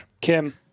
Kim